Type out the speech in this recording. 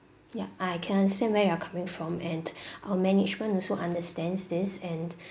yup uh I can understand where you're coming from and our management also understands this and